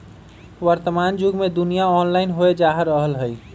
वर्तमान जुग में दुनिया ऑनलाइन होय जा रहल हइ